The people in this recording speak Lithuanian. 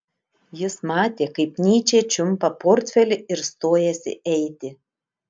jis matė kaip nyčė čiumpa portfelį ir stojasi eiti